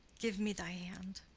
give me thy hand.